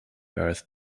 earth